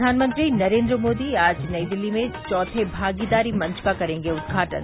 प्रधानमंत्री नरेन्द्र मोदी आज नई दिल्ली में चौथे भागीदारी मंच का करेंगे उद्घाटन